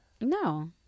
no